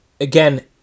again